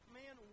man